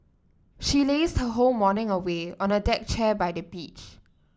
she lazed her whole morning away on a deck chair by the beach